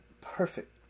perfect